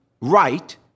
right